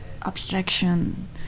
Abstraction